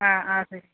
ആ ആ